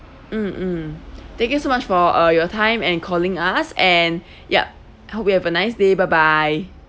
mm mm thank you so much for uh your time and calling us and yup hope you have a nice day bye bye